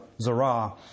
Zara